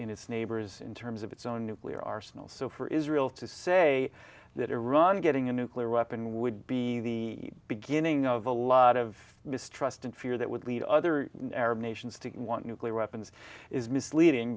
in its neighbors in terms of its own nuclear arsenal so for israel to say that iran getting a nuclear weapon would be the beginning of a lot of mistrust and fear that would lead other arab nations to want nuclear weapons is misleading